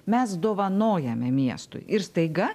mes dovanojame miestui ir staiga